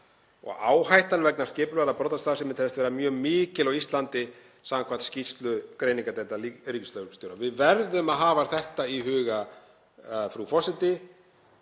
og áhættan vegna skipulagðrar brotastarfsemi telst vera mjög mikil á Íslandi samkvæmt skýrslu greiningardeildar ríkislögreglustjóra. Við verðum að hafa þetta í huga, frú forseti,